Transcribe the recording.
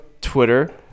Twitter